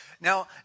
Now